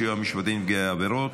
סיוע משפטי לנפגעי עבירות),